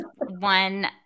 one